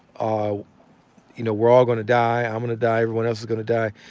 ah you know, we're all gonna die. i'm gonna die everyone else is gonna die.